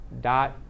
dot